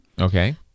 Okay